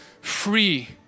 free